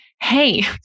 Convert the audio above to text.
hey